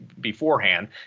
beforehand